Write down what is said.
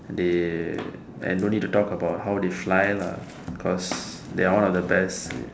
they I don't need to talk about how they fly lah cause they are one of the best